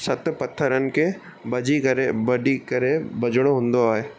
सत पथरनि खे भॼी करे बधी करे भॼिणो हूंदो आहे